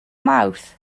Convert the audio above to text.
mawrth